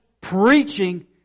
preaching